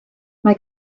mae